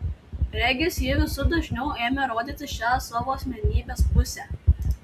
regis ji visu dažniu ėmė rodyti šią savo asmenybės pusę